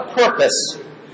purpose